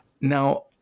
Now